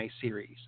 series